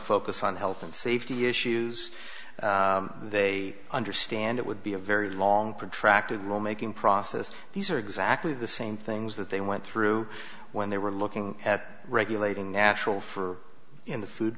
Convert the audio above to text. focus on health and safety issues they understand it would be a very long protracted lawmaking process these are exactly the same things that they went through when they were looking at regulating natural for in the food